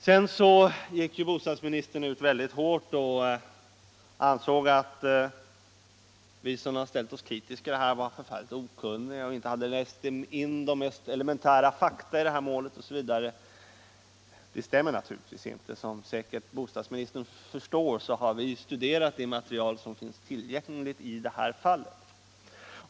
Om lokalisering av Bostadsministern gick ut mycket hårt och ansåg att vi som ställt oss — SJ och posttermikritiska var väldigt okunniga och inte läst in de mest elementära fakta = naler till Västerjäri målet osv. Det stämmer naturligtvis inte. Som säkert bostadsministern = va förstår har vi studerat det material som finns tillgängligt i fallet.